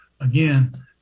Again